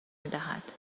میدهد